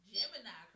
Gemini